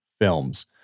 films